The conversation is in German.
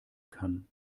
kann